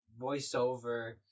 voiceover